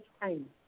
time